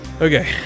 Okay